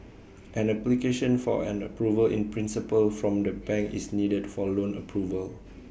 an application for an approval in principle from the bank is needed for loan approval